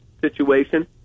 situation